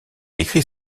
écrit